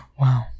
Wow